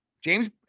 James